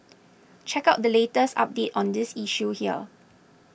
check out the latest update on this issue here